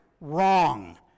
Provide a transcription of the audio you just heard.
wrong